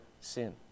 sin